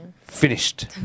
Finished